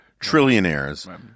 trillionaires